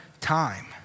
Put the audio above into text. time